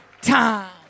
time